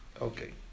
Okay